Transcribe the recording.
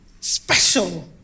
special